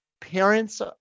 parents